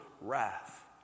wrath